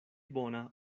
bona